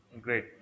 great